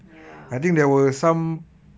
ya correct